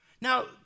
Now